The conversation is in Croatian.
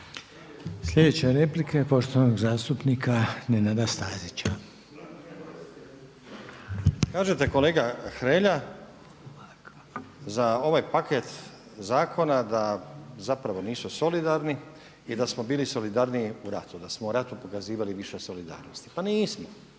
sljedeća replika i poštovani zastupnika Nenada Stazića. **Stazić, Nenad (SDP)** Kažete kolega Hrelja za ovaj paket zakona da zapravo nisu solidarni i da smo bili solidarniji u ratu, da smo u rat u pokazivali više solidarnosti. Pa nismo.